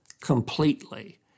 completely